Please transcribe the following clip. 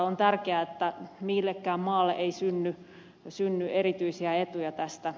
on tärkeää että millekään maalle ei synny erityisiä etuja tästä